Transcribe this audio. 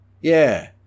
Yeah